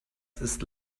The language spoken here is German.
ist